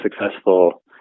successful